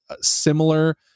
similar